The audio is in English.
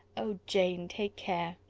oh, jane, take care.